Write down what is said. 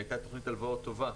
והייתה תוכנית הלוואות טובה,